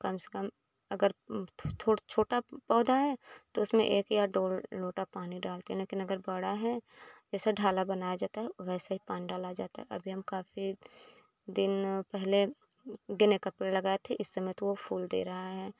कम से कम अगर थोड़ छोटा पौधा है तो उसमें एक या दो लोटा पानी डालते हैं लेकिन अगर बड़ा है जैसे ढाला बनाया जाता है वैसे ही पानी डाला जाता है अभी हम काफी दिन पहले गेंदे का पेड़ लगाए थे इस समय तो वो फूल दे रहा है